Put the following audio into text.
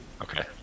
Okay